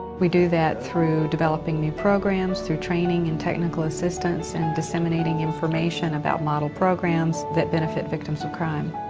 we do that through developing new programs, through training and technical assistance, and disseminating information about model programs that benefit victims of crime.